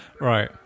right